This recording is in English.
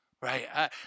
right